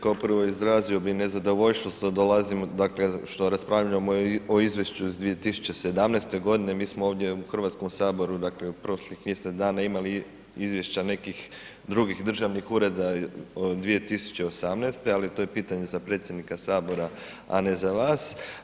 Kao prvo izrazio bih nezadovoljstvo što dolazim, dakle što raspravljamo o izvješću iz 2017. godine, mi smo ovdje u Hrvatskom saboru dakle u prošlih mjesec dana imali izvješća nekih drugih državnih ureda od 2018. ali to je pitanje za predsjednika sabora, a ne za vas.